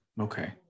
Okay